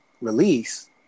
release